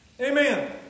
Amen